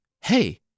Hey